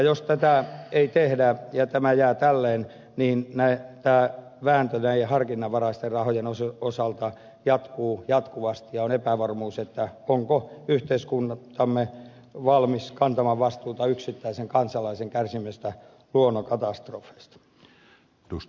jos tätä ei tehdä ja tämä jää tälleen niin vääntö näiden harkinnanvaraisten rahojen osalta jatkuu ja vallitsee epävarmuus siitä onko yhteiskuntamme valmis kantamaan vastuuta yksittäisen kansalaisen kärsimistä luonnonkatastrofeista